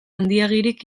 handiegirik